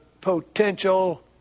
potential